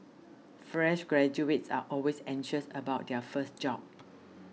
fresh graduates are always anxious about their first job